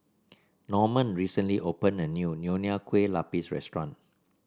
Norman recently opened a new Nonya Kueh Lapis Restaurant